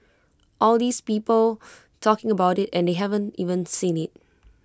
all these people talking about IT and they haven't even seen IT